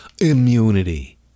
immunity